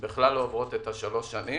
לכן אנו לא רואים פה חשש.